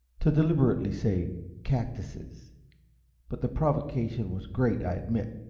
to deliberately say cactuses but the provocation was great, i admit.